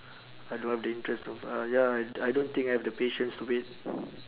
I don't have the interest of uh ya I I don't think I have the patience to wait